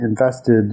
invested